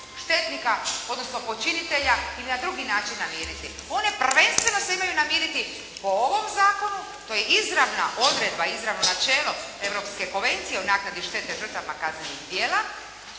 štetnika, odnosno počinitelja i na drugi način namiriti. One prvenstveno se imaju namiriti po ovom zakonu, to je izravna odredba, izravno načelo Europske konvencije o naknadi štete žrtvama kaznenih djela,